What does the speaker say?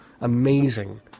Amazing